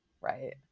Right